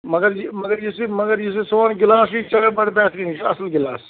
مگر یہِ مگر یُس یہِ مگر یُس یہِ سون گِلاس چھُ یہِ چھُ چَلان بَڈٕ بہتریٖن یہِ چھُ اَصٕل گِلاس